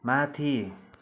माथि